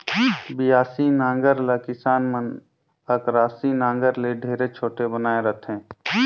बियासी नांगर ल किसान मन अकरासी नागर ले ढेरे छोटे बनाए रहथे